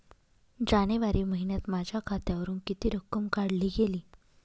जानेवारी महिन्यात माझ्या खात्यावरुन किती रक्कम काढली गेली?